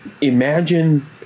imagine